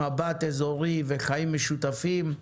מבט אזורי וחיים משותפים.